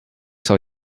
zal